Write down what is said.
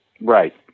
Right